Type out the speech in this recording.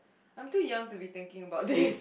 I'm too young to be thinking about this